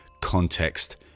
context